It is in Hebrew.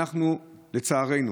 לצערנו,